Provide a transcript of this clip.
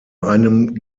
einem